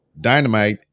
dynamite